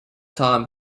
time